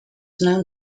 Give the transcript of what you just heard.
known